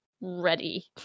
ready